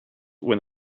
when